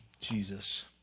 Jesus